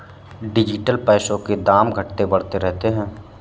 digital पैसों के दाम घटते बढ़ते रहते हैं